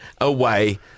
away